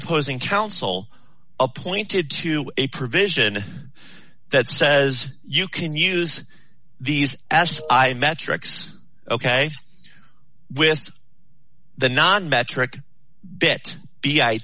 opposing counsel appointed to a provision that says you can use these as i metrics ok with the non metric bit b i